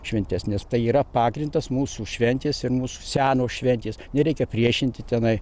šventes nes tai yra pagrindas mūsų šventės ir mūsų senos šventės nereikia priešinti tenai